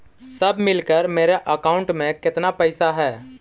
सब मिलकर मेरे अकाउंट में केतना पैसा है?